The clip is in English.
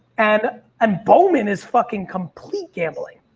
and and bowman is fucking complete gambling.